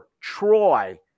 Troy